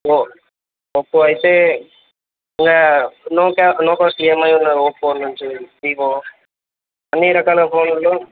ఒ ఒప్పో అయితే ఇక నో కా నో కాస్ట్ ఈఎమ్ఐ ఉన్న ఒప్పో నుంచి వీవో అన్ని రకాల ఫోనుల్లో